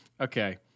okay